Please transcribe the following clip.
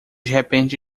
repente